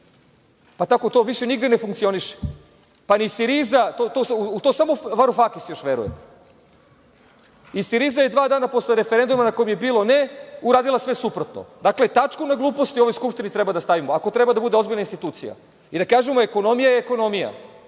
Tako to više nigde ne funkcioniše. U to samo još Varufakis veruje. I Siriza je dva dana posle referenduma na kome je bilo „ne“ uradila sve suprotno. Tačku na gluposti u ovoj Skupštini treba da stavimo, ako treba da bude ozbiljna institucija i da kažemo – ekonomija je ekonomija. Stranački